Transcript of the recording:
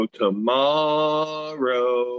tomorrow